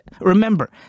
remember